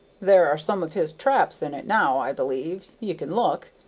there are some of his traps in it now, i believe ye can look.